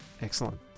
Excellent